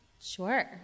Sure